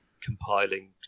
compiling